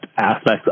aspects